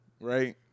right